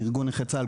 ארגון נכי צה"ל,